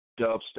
dubstep